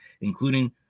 including